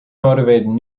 motivated